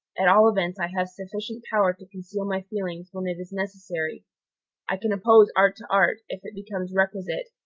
at all events i have sufficient power to conceal my feelings when it is necessary i can oppose art to art, if it becomes requisite,